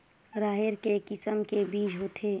राहेर के किसम के बीज होथे?